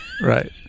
right